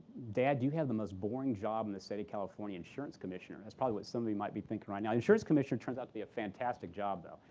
dad, you have the most boring job in the state of california, insurance commissioner. that's probably what somebody might be thinking right now. insurance commissioner turns out to be a fantastic job, though.